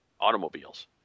automobiles